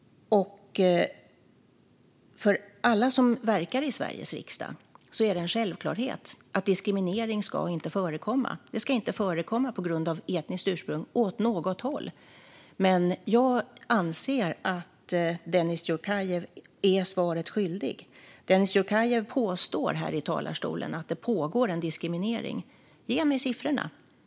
För alla som verkar i Sveriges riksdag är det en självklarhet att diskriminering inte ska förekomma. Det ska inte förekomma på grund av etniskt ursprung, åt något håll, men jag anser att Dennis Dioukarev blir svaret skyldig. Dennis Dioukarev påstår i talarstolen att det pågår diskriminering. Ge mig siffrorna!